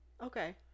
Okay